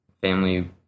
family